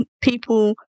people